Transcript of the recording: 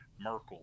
Merkel